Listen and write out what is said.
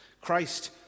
Christ